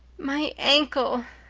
my ankle,